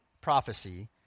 prophecy